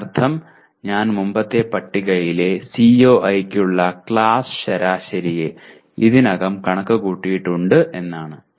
ഇതിനർത്ഥം ഞാൻ മുമ്പത്തെ പട്ടികയിലെ CIE യ്ക്കുള്ള ക്ലാസ് ശരാശരിയെ ഇതിനകം കണക്കാക്കിയിട്ടുണ്ട് എന്നാണ്